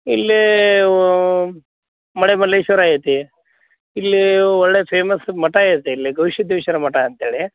ಇಲ್ಲಿ ಓ ಮಳೆಮಲ್ಲೇಶ್ವರ ಐತಿ ಇಲ್ಲಿ ಒಳ್ಳೆಯ ಫೇಮಸ್ ಮಠ ಐತಿ ಇಲ್ಲಿ ಗವಿಸಿದ್ಧೇಶ್ವರ ಮಠ ಅಂತೇಳಿ